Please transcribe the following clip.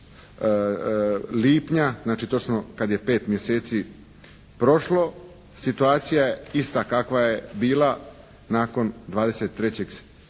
23.lipnja. Znači, točno kad je 5 mjeseci prošlo. Situacija je ista kakva je bila nakon 23.